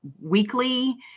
Weekly